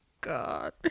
God